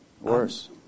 worse